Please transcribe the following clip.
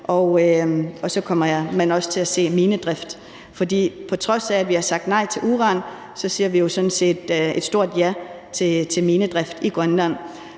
også kommer til at se minedrift, for på trods af at vi har sagt nej til uran, siger vi jo sådan et stor ja til minedrift i Grønland,